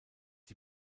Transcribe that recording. die